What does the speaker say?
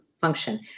function